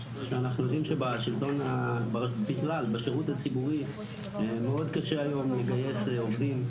שאנחנו יודעים שבכלל בשירות הציבורי מאוד קשה היום לגייס עובדים,